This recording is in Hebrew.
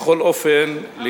בכל אופן,